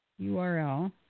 url